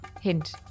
Hint